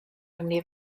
arni